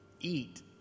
eat